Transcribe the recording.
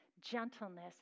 gentleness